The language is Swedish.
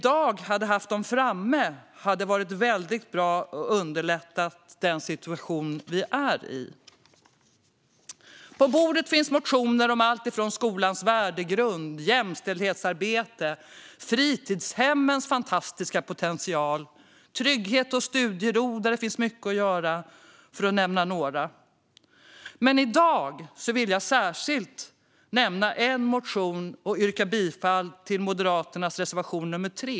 De hade kunnat underlätta den situation som vi är i. Motionerna handlar om skolans värdegrund, jämställdhetsarbete, fritidshemmens fantastiska potential, trygghet och studiero, där det finns mycket att göra, för att nämna några. Men i dag vill jag särskilt nämna en motion och yrka bifall till Moderaternas reservation 3.